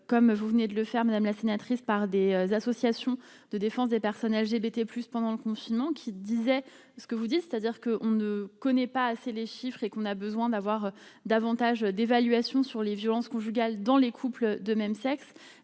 comme vous venez de le faire, madame la sénatrice par des associations de défense des personnes LGBT plus pendant le confinement qui disait : ce que vous dites, c'est-à-dire que, on ne connaît pas assez les chiffres et qu'on a besoin d'avoir davantage d'évaluation sur les violences conjugales dans les couples de même sexe,